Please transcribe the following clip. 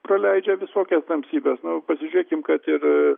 praleidžia visokias tamsybes nu pasižiūrėkim kad ir